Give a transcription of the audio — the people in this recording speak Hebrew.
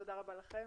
תודה רבה לכם.